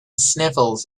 sniffles